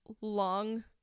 long